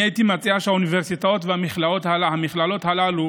אני הייתי מציע שהאוניברסיטאות והמכללות הללו